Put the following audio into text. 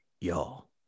y'all